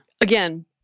Again